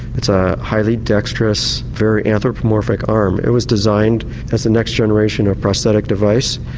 it's a highly dextrous, very anthropomorphic arm, it was designed as a next generation of prosthetic device,